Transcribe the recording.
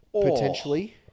potentially